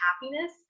happiness